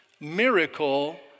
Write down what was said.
miracle